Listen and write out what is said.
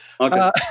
Okay